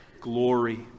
glory